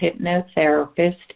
hypnotherapist